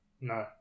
No